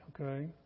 okay